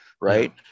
right